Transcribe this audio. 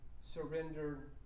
surrender